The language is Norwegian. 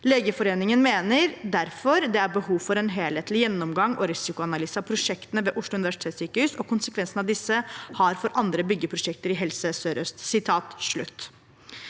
Legeforeningen mener derfor det er behov for en helhetlig gjennomgang og risikoanalyse av prosjektene ved OUS og konsekvensene disse har for andre byggeprosjekter i Helse Sør-Øst.»